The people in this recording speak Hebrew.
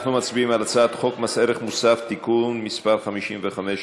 אנחנו מצביעים על הצעת חוק מס ערך מוסף (תיקון מס' 55),